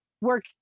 work